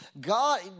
God